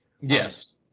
Yes